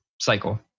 cycle